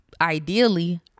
ideally